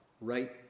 right